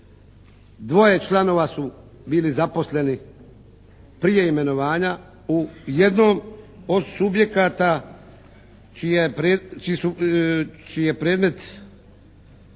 dvoje članova su bili zaposleni prije imenovanja u jednom od subjekata čija je,